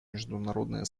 международная